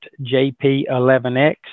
JP11X